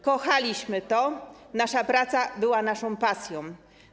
Kochaliśmy to, nasza praca była naszą pasją.